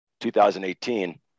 2018